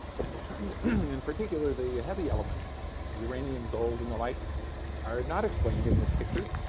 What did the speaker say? and it turns in particular the heavy elements uranium, gold and the like are not explained in this picture.